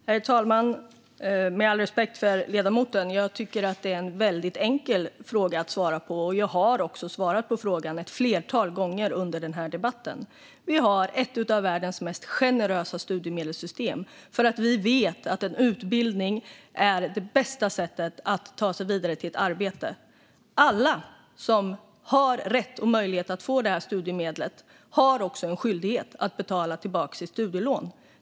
Herr talman! Med all respekt för ledamoten är det en enkel fråga att svara på. Jag har också svarat på frågan ett flertal gånger under debatten. Sverige har ett av världens mest generösa studiemedelssystem. Vi vet att en utbildning är det bästa för att ta sig vidare till ett arbete. Alla som har rätt och möjlighet att få studiemedel har också en skyldighet att betala tillbaka sitt studielån.